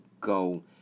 go